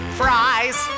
fries